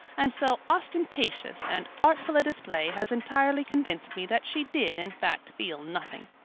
and so ostentatious and artful a display has entirely convinced me that she did in fact feel nothing.